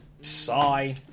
Sigh